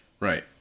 Right